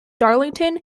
darlington